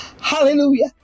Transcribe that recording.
Hallelujah